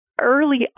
early